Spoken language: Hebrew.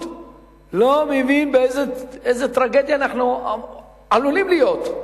לא מבין באיזו טרגדיה אנחנו עלולים להיות.